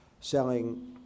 selling